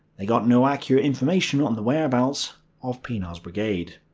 they got no accurate information on the whereabouts of pienaar's brigade.